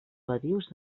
badius